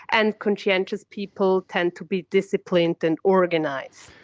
and conscientious people tend to be disciplined and organised.